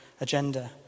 agenda